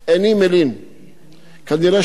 כנראה הצורך הוא ביטחוני.